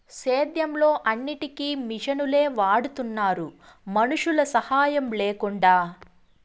సేద్యంలో అన్నిటికీ మిషనులే వాడుతున్నారు మనుషుల సాహాయం లేకుండా